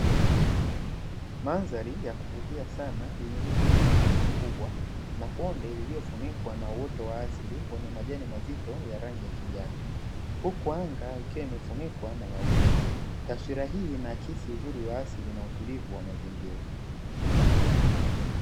Mandhari ya kuvutia sana, yenye miti mingi mikubwa na bonde lililofunikwa na uoto wa asili wenye majani mazito ya rangi ya kijani, huku anga ikiwa imefunikwa na mawingu. Taswira hii inaakisi uzuri wa asili na utulivu wa mazingira.